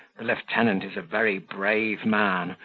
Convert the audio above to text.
the lieutenant is a very brave man,